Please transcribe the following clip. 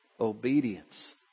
obedience